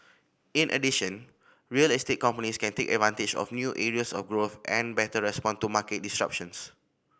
in addition real estate companies can take advantage of new areas of growth and better respond to market disruptions